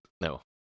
No